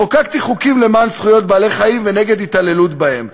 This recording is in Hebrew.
חוקקתי חוקים למען זכויות בעלי-חיים ונגד התעללות בהם.